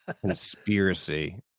conspiracy